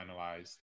finalized